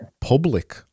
public